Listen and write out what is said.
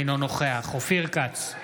אינו נוכח אופיר כץ,